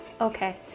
Okay